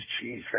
cheese